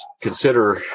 consider